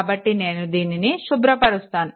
కాబట్టి నేను దీనిని శుభ్రపరుస్తాను